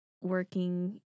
working